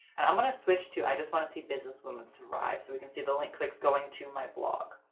i'm going to switch to i just want to see businesswoman thrive. so we can see the link clicks going to my blog.